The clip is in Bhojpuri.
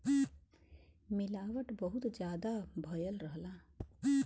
मिलावट बहुत जादा भयल रहला